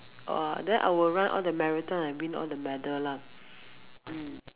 !wah! then I will run all the marathon and win all the medal lah mm